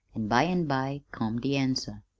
an' by an' by come the answer.